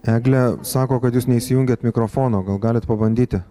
egle sako kad jūs neįsijungėt mikrofono gal galit pabandyti